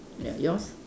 ya yours